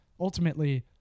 Ultimately